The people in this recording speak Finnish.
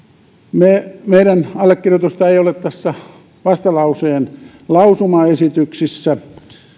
meidän allekirjoitustamme ei ole näissä vastalauseen lausumaesityksissä